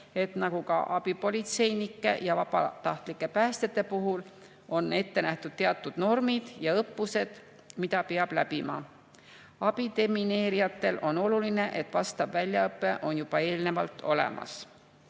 et nagu ka abipolitseinike ja vabatahtlike päästjate puhul on ette nähtud teatud normid ja õppused, mida peab läbima, on abidemineerijate puhul oluline, et vastav väljaõpe on juba eelnevalt olemas.